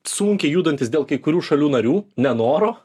sunkiai judantis dėl kai kurių šalių narių nenoro